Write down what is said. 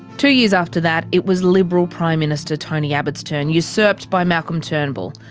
two years after that, it was liberal prime minister tony abbott's turn usurped by malcolm turnbull.